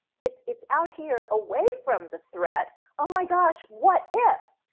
it's it's out here away from the threat, oh my gosh, what if?